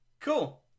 Cool